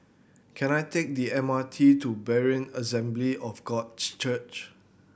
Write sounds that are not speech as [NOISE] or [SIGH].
can I take the M R T to Berean Assembly of [UNINTELLIGIBLE] Church